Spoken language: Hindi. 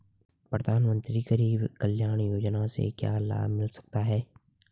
प्रधानमंत्री गरीब कल्याण योजना से क्या लाभ मिल सकता है?